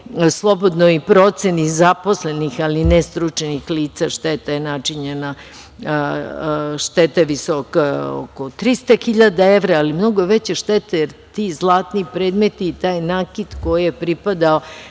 slobodnoj proceni zaposlenih, a nestručnih lica, šteta je visoka oko 300.000 evra, ali mnogo je veća šteta jer ti zlatni predmeti i taj nakit koji je pripadao